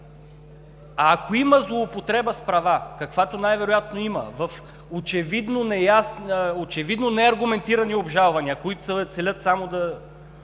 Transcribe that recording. Ако има злоупотреба с права, каквато най-вероятно има, в очевидно неаргументирани обжалвания, които целят само да